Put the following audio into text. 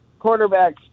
quarterbacks